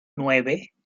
nueve